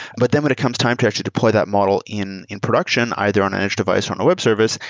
but then when it comes time to actually deploy that model in in production either on an edge device or on a web service,